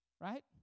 Right